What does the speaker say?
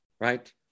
Right